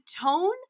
tone